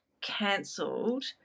cancelled